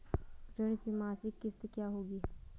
ऋण की मासिक किश्त क्या होगी?